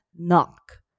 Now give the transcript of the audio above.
Knock